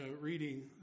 reading